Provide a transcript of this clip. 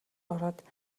ороод